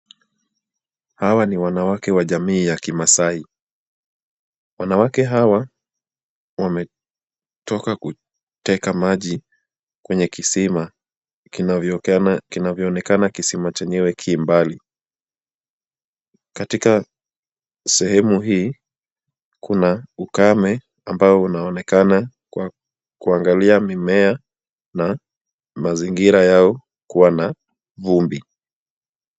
Hawa ni wanawake wa jamii ya kimaasai. Wanawake hawa wametoka kuteka maji kwenye kisima, kinavyoonekana kisima chenyewe ki mbali. Katika sehemu hii kuna ukame ambao unaonekana kwa kuangalia mimea na mazingira yao kuwa na vumbi.